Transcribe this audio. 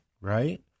right